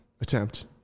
attempt